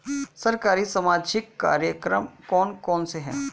सरकारी सामाजिक कार्यक्रम कौन कौन से हैं?